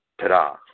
ta-da